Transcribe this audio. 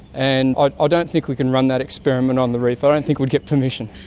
and i ah don't think we can run that experiment on the reef, i don't think we'd get permission!